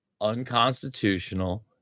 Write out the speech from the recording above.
unconstitutional